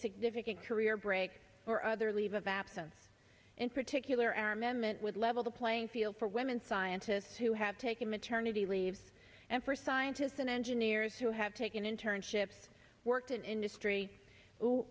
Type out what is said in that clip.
significant career break or other leave of absence in particular are amendment would level the playing field for women scientists who have taken maternity leave and for scientists and engineers who have taken internships worked in industry